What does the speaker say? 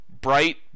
bright